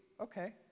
Okay